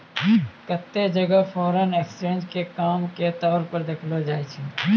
केत्तै जगह foreign exchange के काम के तौर पर देखलो जाय छै